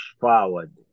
forward